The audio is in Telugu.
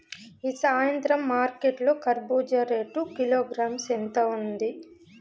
ఈ సాయంత్రం మార్కెట్ లో కర్బూజ రేటు కిలోగ్రామ్స్ ఎంత ఉంది?